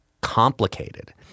complicated